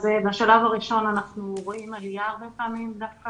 בשלב הראשון אנחנו רואים הרבה פעמים דווקא